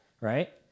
Right